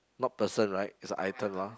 not person right is item ah